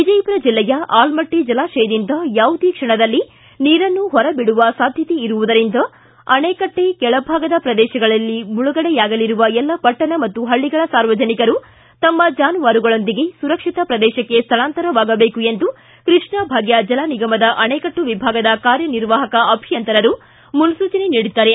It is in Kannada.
ವಿಜಯಪುರ ಜಿಲ್ಲೆಯ ಆಲಮಟ್ಟ ಜಲಾಶಯದಿಂದ ಯಾವುದೇ ಕ್ಷಣದಲ್ಲಿ ನೀರನ್ನು ಹೊರಬಿಡುವ ಸಾಧ್ಯತೆ ಇರುವುದರಿಂದ ಅಣೆಕಟ್ಟ ಕೆಳಭಾಗದ ಪ್ರದೇಶಗಳಲ್ಲಿ ಮುಳುಗಡೆಯಾಗಲಿರುವ ಎಲ್ಲ ಪಟ್ಟಣ ಹಾಗೂ ಹಳ್ಳಿಗಳ ಸಾರ್ವಜನಿಕರು ತಮ್ಮ ಜಾನುವಾರುಗಳೊಂದಿಗೆ ಸುರಕ್ಷಿತ ಪ್ರದೇಶಕ್ಕೆ ಸ್ಥಳಾಂತರವಾಗಬೇಕು ಎಂದು ಕೃಷ್ಣಾ ಭಾಗ್ಯ ಜಲ ನಿಗಮದ ಅಣೆಕಟ್ಟು ವಿಭಾಗದ ಕಾರ್ಯನಿರ್ವಾಹಕ ಅಭಿಯಂತರರು ಮುನ್ಸೂಚನೆ ನೀಡಿದ್ದಾರೆ